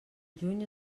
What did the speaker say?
juny